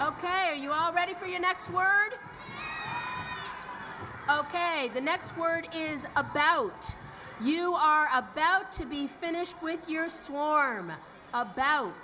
are you all ready for your next word ok the next word is about you are about to be finished with your swarm about